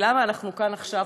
היא למה אנחנו כאן עכשיו,